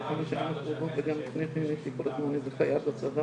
ולכן ההסברה אנחנו עושים אותה כבר מגיל הגן וגם בכיתות בתי הספר,